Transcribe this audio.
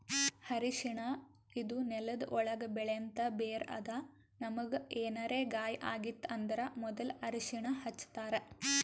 ಅರ್ಷಿಣ ಇದು ನೆಲ್ದ ಒಳ್ಗ್ ಬೆಳೆಂಥ ಬೇರ್ ಅದಾ ನಮ್ಗ್ ಏನರೆ ಗಾಯ ಆಗಿತ್ತ್ ಅಂದ್ರ ಮೊದ್ಲ ಅರ್ಷಿಣ ಹಚ್ತಾರ್